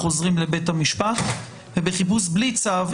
חוזרים לבית המשפט ובחיפוש בלי צו,